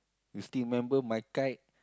you still remember my kite